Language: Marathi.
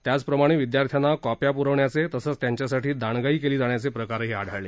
त्याचप्रमाणे विद्यार्थ्यांना कॉप्या पुरवण्याचे तसंच त्यासाठी दांडगाई केली जाण्याचे प्रकारही आढळले